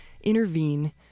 intervene